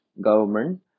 government